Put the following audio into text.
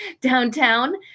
downtown